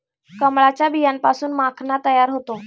कमळाच्या बियांपासून माखणा तयार होतो